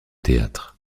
théâtre